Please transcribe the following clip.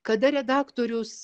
kada redaktorius